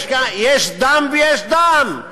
יש דם ויש דם,